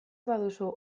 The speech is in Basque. baduzu